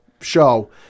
show